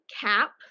cap